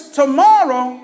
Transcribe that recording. tomorrow